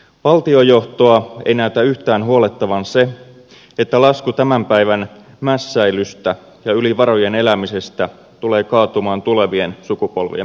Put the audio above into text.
valtiojohtoa ei näytä yhtään huolettavan se että lasku tämän päivän mässäilystä ja yli varojen elämisestä tulee kaatumaan tulevien sukupolvien maksettavaksi